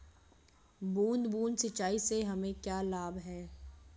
बूंद बूंद सिंचाई से हमें क्या लाभ है?